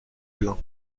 plein